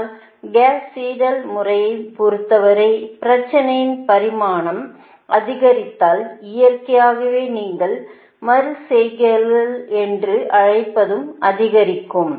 ஆனால் Gauss Seidel முறையைப் பொறுத்தவரை பிரச்சனையின் பரிமாணம் அதிகரித்தால் இயற்கையாகவே நீங்கள் மறு செய்கைகள் என்று அழைப்பதும் அதிகரிக்கும்